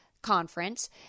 conference